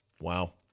Wow